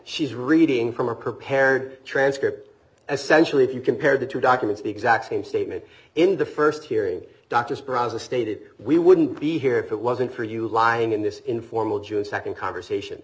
she's reading from her preparing transcript essentially if you compare the two documents the exact same statement in the first hearing dr speranza stated we wouldn't be here if it wasn't for you lying in this informal june second conversation